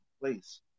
Place